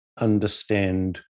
understand